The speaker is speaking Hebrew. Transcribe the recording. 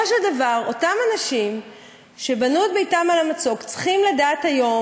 אבל בסופו של דבר, אם אותו מצוק יתמוטט,